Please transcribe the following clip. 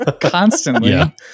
constantly